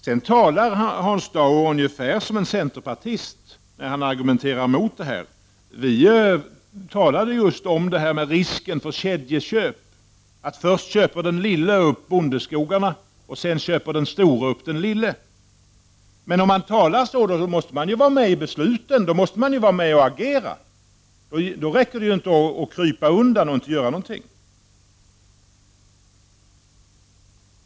Hans Dau talar ungefär som en centerpartist när han argumenterar mot detta. Vi talade om risken för kedjeköp: först köper den lille upp bondeskogarna, sedan köper den store upp den lille. Men om man talar så, måste man ju vara med om besluten. Man måste vara med och agera. Det duger inte att krypa undan och inte göra någonting.